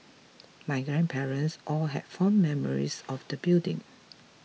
my grandparents all had fond memories of the building